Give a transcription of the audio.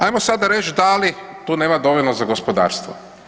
Ajmo sada reći da li tu nema dovoljno za gospodarstvo.